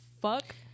fuck